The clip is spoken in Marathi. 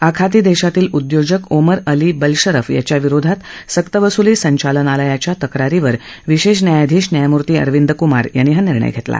आखाती देशातील मधील उद्योजक ओमर अली बलशरफ याच्या विरोधात सरकवसुली संचालनालयाच्या तक्रारीवर विशेष न्यायाधीश न्यायमूर्ती अरविंद कुमार यांनी हा निर्णय घेतला